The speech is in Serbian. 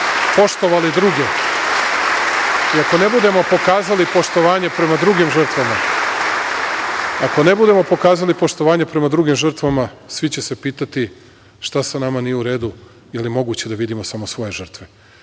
i ako ne budemo pokazali poštovanje prema drugim žrtvama, svi će se pitati šta sa nama nije u redu, je li moguće da vidimo samo svoje žrtve.